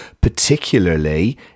particularly